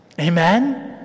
Amen